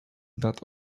that